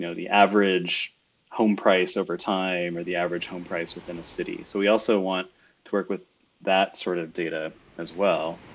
you know the average home price over time, or the average home price within a city. so we also want to work with that sort of data as well.